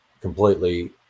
completely